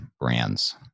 brands